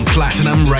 Platinum